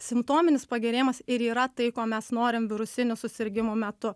simptominis pagerėjimas ir yra tai ko mes norim virusinių susirgimų metu